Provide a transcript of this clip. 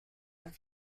have